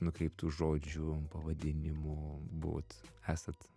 nukreiptų žodžių pavadinimu buvot esat